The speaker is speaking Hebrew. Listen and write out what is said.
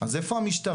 אז איפה המשטרה?